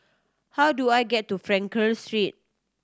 how do I get to Frankel Street